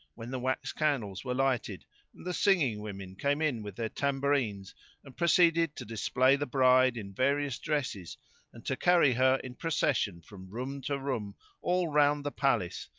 when the wax candles were lighted and the singing women came in with their tambourines and proceeded to display the bride in various dresses and to carry her in procession from room to room all round the palace,